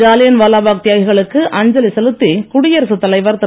ஜாலியன் வாலாபாக் தியாகிகளுக்கு அஞ்சலி செலுத்தி குடியரசுத் தலைவர் திரு